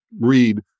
read